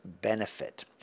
benefit